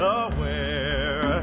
aware